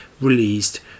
released